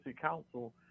Council